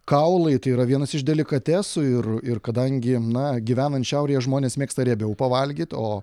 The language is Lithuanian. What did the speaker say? kaulai tai yra vienas iš delikatesų ir ir kadangi na gyvenant šiaurėje žmonės mėgsta riebiau pavalgyt o